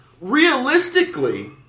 realistically